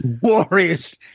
Warriors